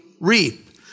reap